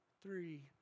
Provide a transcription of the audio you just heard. three